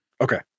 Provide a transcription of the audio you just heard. Okay